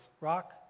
Rock